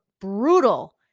brutal